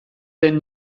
zen